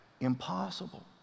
Impossible